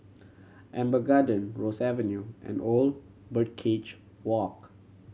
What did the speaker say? Amber Gardens Ross Avenue and Old Birdcage Walk